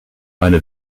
eine